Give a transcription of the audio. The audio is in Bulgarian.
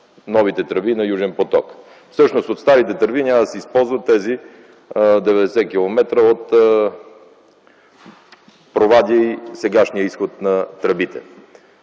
новите тръби на „Южен поток”. Всъщност от старите тръби няма да се използват тези 90 километра от Провадия и сегашният изход на тръбите.